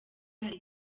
hari